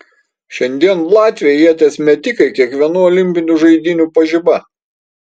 šiandien latviai ieties metikai kiekvienų olimpinių žaidynių pažiba